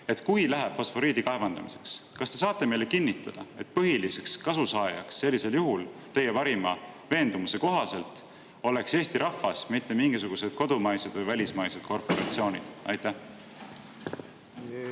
Kui läheb fosforiidi kaevandamiseks, kas te saate meile kinnitada, et põhiliseks kasusaajaks sellisel juhul, teie parima veendumuse kohaselt, oleks Eesti rahvas, mitte mingisugused kodumaised või välismaised korporatsioonid? Jah,